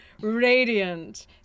radiant